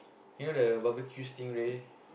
you know the barbeque stingray